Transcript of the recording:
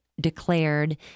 declared